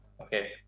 Okay